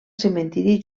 cementiri